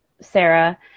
Sarah